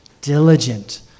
diligent